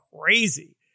crazy